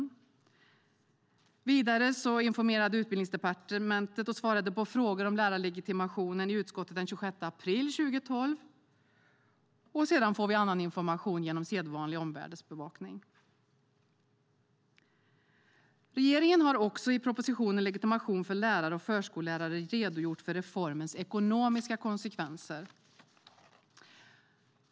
Utbildningsdepartementet informerade och svarade på frågor om lärarlegitimationsreformen i utskottet den 26 april 2012. Vi får också annan information genom sedvanlig omvärldsbevakning. Regeringen har i propositionen Legitimation för lärare och förskollärare redogjort för reformens ekonomiska konsekvenser.